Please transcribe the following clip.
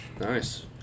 Nice